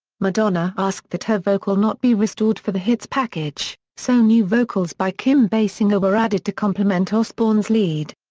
madonna asked that her vocal not be restored for the hits package, so new vocals by kim basinger were added to complement osbourne's lead.